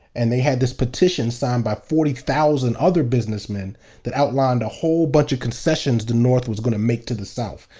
and they had this petition signed by forty thousand other businessmen that outlined a whole bunch of concessions the north was going to make to the south,